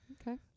Okay